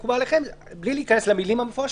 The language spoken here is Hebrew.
בלי להיכנס למילים המפורשות: